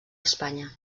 espanya